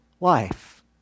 life